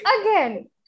Again